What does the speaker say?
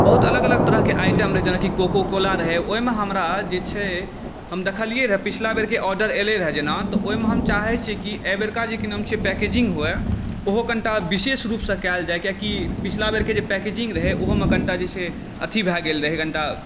बहुत अलग अलग तरहके आइटम रहै जेना की कोका कोला रहै ओहिमे हमरा जे छै हम देखिलियै र पिछले बेरके आर्डर अयलै रहै जेना तऽ ओहिमे हम चाहे छियै की एहिबेराके जे पैकेजिंग हुए ओहो कनिटा विशेष रूपमे कायल जाय किएकि पिछले बेरके जे पैकिंग रहै ओहोमे कनिटा अथी भऽ गेल रहै कनिटा